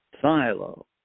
Silo